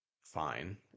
fine